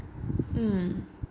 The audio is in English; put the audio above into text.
mm